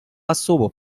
особо